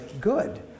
good